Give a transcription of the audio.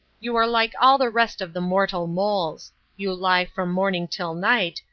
you are like all the rest of the moral moles you lie from morning till night,